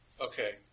Okay